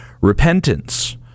repentance